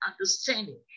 understanding